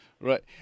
Right